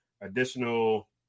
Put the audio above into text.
additional